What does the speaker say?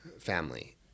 family